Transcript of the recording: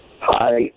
Hi